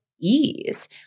ease